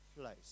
place